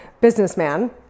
businessman